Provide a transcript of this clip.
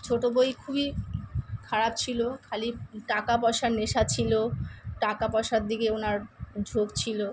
ছোট বউই খুবই খারাপ ছিল খালি টাকাপয়সার নেশা ছিল টাকাপয়সার দিকে ওনার ঝোঁক ছিল